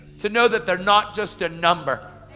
to know that they're not just a number.